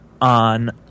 on